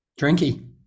Drinky